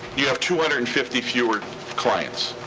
you have two hundred and fifty fewer clients.